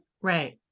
Right